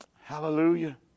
Hallelujah